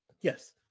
Yes